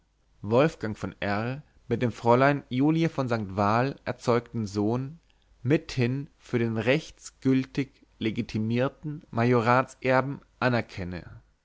wolfgang von r mit dem fräulein julie von st val erzeugten sohn mithin für den rechtgültig legitimierten majoratserben anerkenne